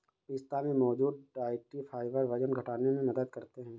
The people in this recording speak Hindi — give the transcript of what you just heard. पिस्ता में मौजूद डायट्री फाइबर वजन घटाने में मदद करते है